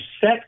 set